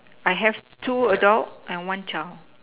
I have two adult and one child